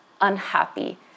unhappy